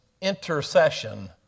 intercession